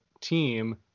team